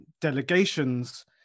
delegations